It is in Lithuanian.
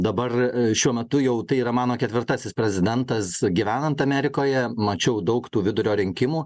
dabar šiuo metu jau tai yra mano ketvirtasis prezidentas gyvenant amerikoje mačiau daug tų vidurio rinkimų